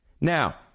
Now